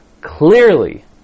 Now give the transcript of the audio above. clearly